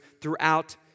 throughout